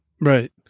Right